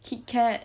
kit kat